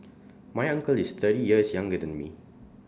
my uncle is thirty years younger than me